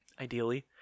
Ideally